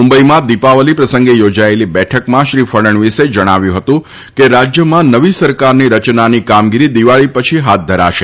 મુંબઇમાં દીપાવલી પ્રસંગે યોજાયેલી બેઠકમાં શ્રી ફડણવીસે જણાવ્યું હતું કે રાજ્યમાં નવી સરકારની રચનાની કામગીરી દીવાળી પછી હાથ ધરાશે